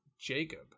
Jacob